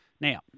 Now